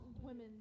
women